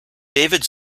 david